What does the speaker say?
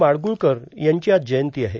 माडग्रळ्कर यांची आज जयंती आहे